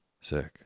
Sick